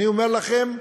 אני אומר לכם,